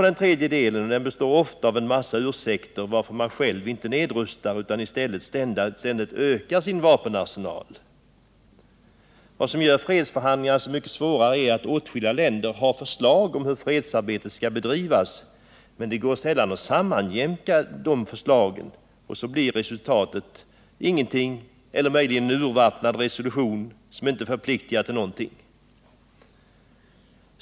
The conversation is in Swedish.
Den tredje delen består av en mängd ursäkter för att man själv inte nedrustar utan i stället ständigt ökar sin vapenarsenal. Något som gör fredsförhandlingarna så mycket svårare är att åtskilliga länder visserligen har förslag om hur fredsarbetet skall bedrivas men att det sällan går att sammanjämka dessa förslag. Resultatet blir så ingenting eller möjligen en urvattnad resolution som inte förpliktigar till någonting.